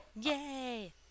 yay